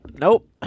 Nope